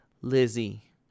Lizzie